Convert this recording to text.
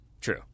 True